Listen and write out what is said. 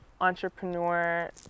entrepreneur